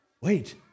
Wait